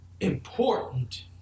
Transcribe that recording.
Important